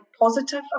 positive